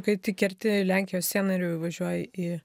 kai tik kerti lenkijos sieną ir jau įvažiuoji į